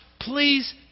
Please